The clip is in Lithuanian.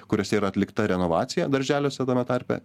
kuriose yra atlikta renovacija darželiuose tame tarpe